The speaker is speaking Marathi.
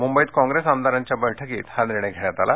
मुंबईत काँग्रेस आमदारांच्या बैठकीत हा निर्णय घेण्यात आला